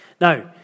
Now